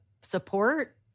support